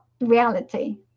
reality